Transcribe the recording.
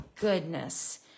goodness